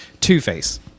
Two-Face